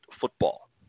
football